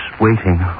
waiting